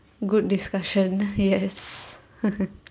good discussion yes